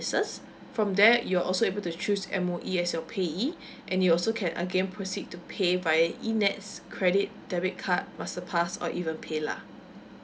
from there you are also able to choose M_O_E as your payee and you'll also can again proceed to pay via E N_E_T_S credit debit card master pass or even paylah